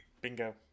Bingo